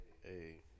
Hey